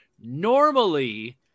Normally